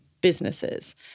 businesses